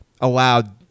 allowed –